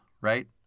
right